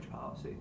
policy